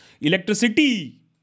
Electricity